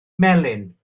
melin